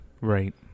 Right